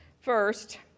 First